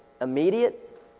immediate